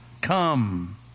come